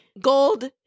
gold